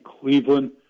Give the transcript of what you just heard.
Cleveland